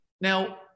Now